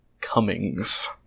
Cummings